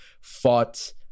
fought